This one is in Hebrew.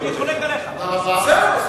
מאיר שטרית.